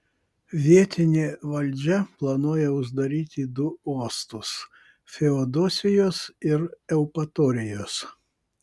vietinė valdžia planuoja uždaryti du uostus feodosijos ir eupatorijos